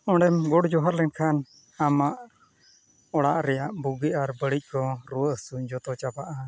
ᱚᱸᱰᱮᱢ ᱜᱚᱰᱼᱡᱚᱦᱟᱨ ᱞᱮᱱᱠᱷᱟᱱ ᱟᱢᱟᱜ ᱚᱲᱟᱜ ᱨᱮᱭᱟᱜ ᱵᱩᱜᱤ ᱟᱨ ᱵᱟᱹᱲᱤᱡ ᱠᱚ ᱨᱩᱣᱟᱹᱼᱦᱟᱹᱥᱩ ᱡᱚᱛᱚ ᱪᱟᱵᱟᱜᱼᱟ